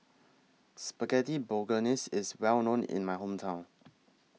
Spaghetti Bolognese IS Well known in My Hometown